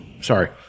sorry